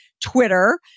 Twitter